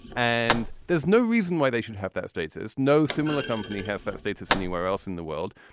and there's no reason why they should have that status. no similar company has that status anywhere else in the world.